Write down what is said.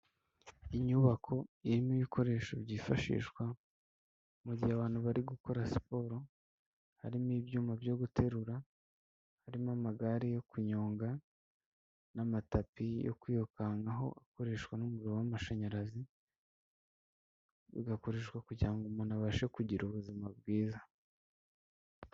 Inyubako irimo ibikoresho byifashishwa mu gihe abantu bari gukora siporo harimo ibyuma byo guterura, harimo amagare yo kunyonga, n'amatapi yo kwirukankaho akoreshwa n'umuriro w'amashanyarazi, bigakoreshwa kugira ngo umuntu abashe kugira ubuzima bwiza.